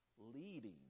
leading